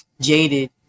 jaded